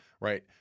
right